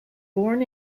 born